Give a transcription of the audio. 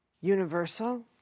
universal